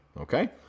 Okay